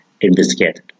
investigated